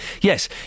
Yes